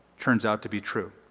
turns out to be true.